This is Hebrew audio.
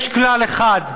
יש כלל אחד: